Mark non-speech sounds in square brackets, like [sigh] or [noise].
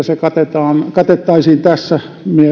[unintelligible] se katettaisiin tässä